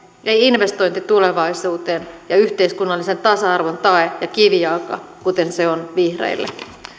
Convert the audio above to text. ei investointi tulevaisuuteen ja yhteiskunnallisen tasa arvon tae ja kivijalka kuten se se on vihreille